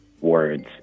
words